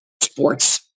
sports